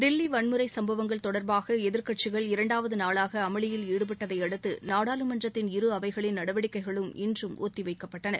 தில்லி வன்முறை சம்பவங்கள் தொடர்பாக எதிர்க்கட்சிகள் இரண்டாவது நாளாக அமளியில் ஈடுபட்டதை அடுத்து நாடாளுமன்றத்தின் இரு அவைகளின் நடவடிக்கைகளும் இன்றும் ஒத்திவைக்கப்பட்டன